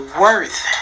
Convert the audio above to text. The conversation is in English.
worth